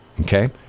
Okay